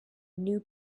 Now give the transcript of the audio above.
new